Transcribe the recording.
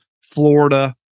Florida